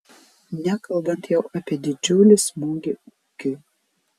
nekalbant jau apie didžiulį smūgį ūkiui